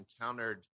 encountered